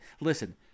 Listen